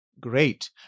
Great